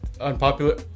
unpopular